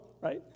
right